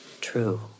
true